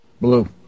Blue